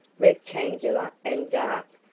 rectangular and dark,